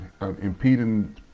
impeding